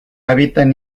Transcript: habitan